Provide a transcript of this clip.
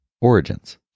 Origins